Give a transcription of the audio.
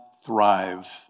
Thrive